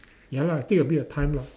ya lah take a bit of time lah